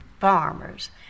farmers